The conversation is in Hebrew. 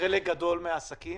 חלק גדול מהעסקים